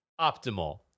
optimal